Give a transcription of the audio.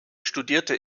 studierte